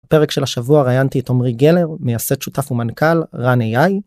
פרק של השבוע ראיינתי את עמרי גלר מייסד שותף ומנכ״ל רן ai